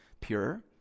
pure